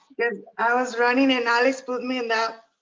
yeah i was running and alex put me in that